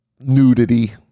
nudity